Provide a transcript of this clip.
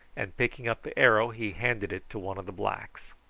and picking up the arrow he handed it to one of the blacks.